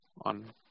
on